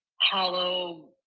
hollow